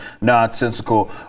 nonsensical